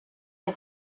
del